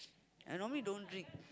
I normally don't drink